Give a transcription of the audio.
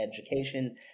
education